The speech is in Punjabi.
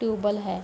ਟਿਊਬਵੈੱਲ ਹੈ